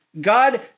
God